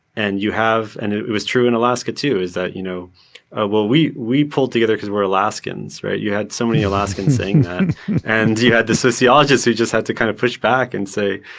and you have, and it was true in alaska too, is that you know ah well, we we pulled together cause we're alaskans. right? you had so many alaskans saying that and and you had the sociologist who just had to kind of push back and say,